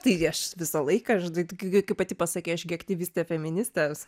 taigi aš visą laiką žinai tu gi kaip pati pasakei aš gi aktyvistė feministės